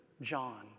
John